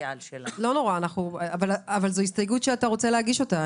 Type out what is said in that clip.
אבל זו הסתייגות שאתה רוצה להגיש אותה,